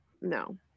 No